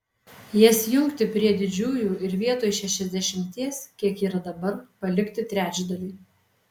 jas jungti prie didžiųjų ir vietoj šešiasdešimties kiek yra dabar palikti trečdalį